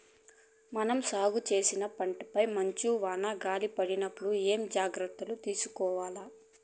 మనం సాగు చేసిన పంటపై మంచు, వాన, గాలి పడినప్పుడు ఏమేం జాగ్రత్తలు తీసుకోవల్ల?